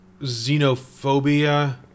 xenophobia